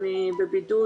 אני בבידוד,